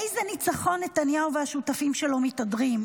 באיזה ניצחון נתניהו והשותפים שלו מתהדרים?